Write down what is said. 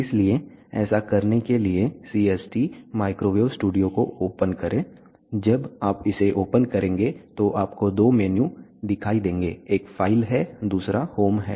इसलिए ऐसा करने के लिए CST माइक्रोवेव स्टूडियो को ओपन करें जब आप इसे ओपन करेंगे तो आपको दो मेन्यू दिखाई देंगे एक फाइल है दूसरा होम है